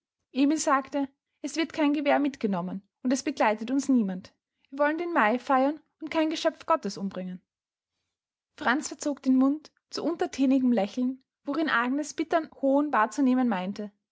emil sagte es wird kein gewehr mitgenommen und es begleitet uns niemand wir wollen den mai feiern und kein geschöpf gottes umbringen franz verzog den mund zu unterthänigem lächeln worin agnes bittern hohn wahrzunehmen meinte